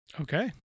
okay